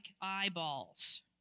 eyeballs